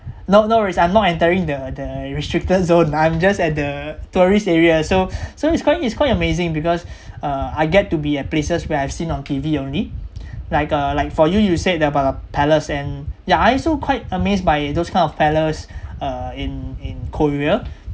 no no worries I'm not entering the the restricted zone I'm just at the tourist area so so it's quite it's quite amazing because uh I get to be at places where I've seen on T_V only like uh like for you you said about palace and ya I also quite amazed by those kind of palace uh in in korea